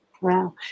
Wow